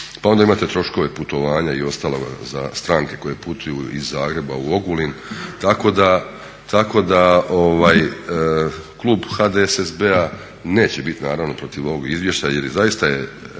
Pa onda imate troškove putovanja i ostalog za stranke koje putuju iz Zagreba u Ogulin, tako da klub HDSSB-a neće biti naravno protiv ovog izvješća, jer zaista